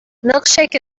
milkshake